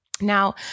Now